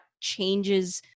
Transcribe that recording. changes